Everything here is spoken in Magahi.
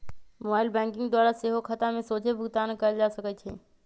मोबाइल बैंकिंग द्वारा सेहो खता में सोझे भुगतान कयल जा सकइ छै